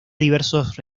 diversos